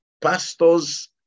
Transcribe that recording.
pastors